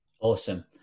Awesome